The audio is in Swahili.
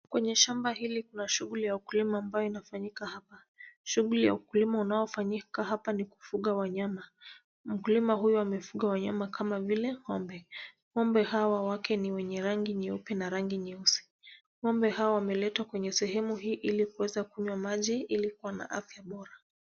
Kwenye shamba hili kuna shughuli ya ukulima ambayo inafanyika hapa. Shughuli ya ukulima unaofanyika hapa ni kufuga wanyama. Mkulima huyu amefuga wanyama kama vile ng'ombe. Ng'ombe hawa wake ni wenye rangi nyeupe na rangi nyeusi. Ng'ombe hawa wameletwa kwenye sehemu hii ili waweze kunywa maji ili kuwa na afya bora.